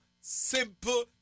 simple